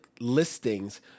listings